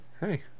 Hey